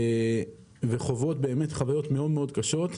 וחוות חוויות קשות מאוד,